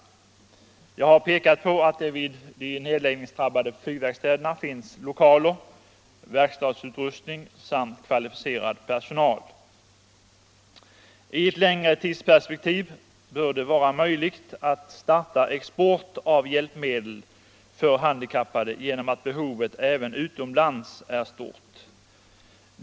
Jag har pekat på att det vid de nedläggningsdrabbade flygverkstäderna finns lokaler, verk område stadsutrustning samt kvalifierad personal. I ett längre tidsperspektiv bör det vara möjligt att få till stånd export av hjälpmedel för handikappade genom att behovet av sådana hjälpmedel även utomlands är stort.